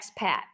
expat